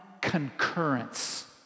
concurrence